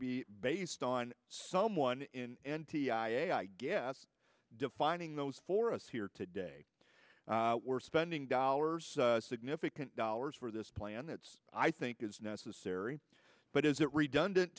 be based on someone in n t i a i guess defining those for us here today we're spending dollars significant dollars for this plan that's i think is necessary but is it redundant